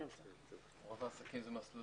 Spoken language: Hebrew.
רוב העסקים זה מסלול